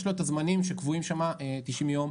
יש לו הזמנים הקבועים שם, 90 יום.